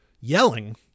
yelling